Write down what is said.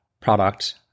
product